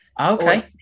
Okay